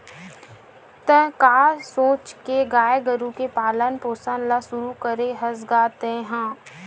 त काय सोच के गाय गरु के पालन पोसन ल शुरू करे हस गा तेंहा?